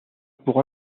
pour